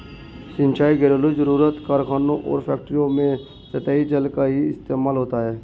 सिंचाई, घरेलु जरुरत, कारखानों और फैक्ट्रियों में सतही जल का ही इस्तेमाल होता है